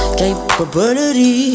capability